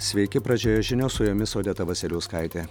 sveiki pradžioje žinios su jomis odeta vasiliauskaitė